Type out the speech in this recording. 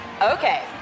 Okay